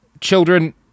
children